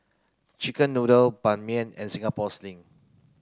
chicken noodles Ban Mian and Singapore sling